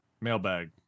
mailbag